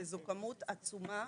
וזו כמות עצומה,